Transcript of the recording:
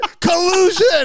Collusion